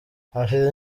hashize